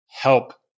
help